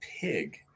pig